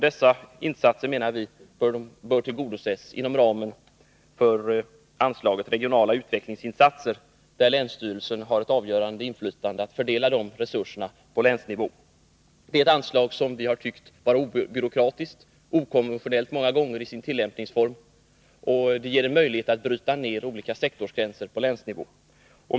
Dessa åtgärder bör finiansieras inom ramen för anslaget Regionala utvecklingsinsatser, där länsstyrelsen har ett avgörande inflytande när det gäller att fördela resurserna på länsnivå. Vi har tyckt att tillämpningen av ett sådant anslag många gånger varit obyråkratisk och okonventionell. Det ger möjligheter att bryta ner olika sektorsgränser på länsnivå.